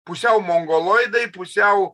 pusiau mongoloidai pusiau